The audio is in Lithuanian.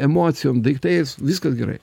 emocijom daiktais viskas gerai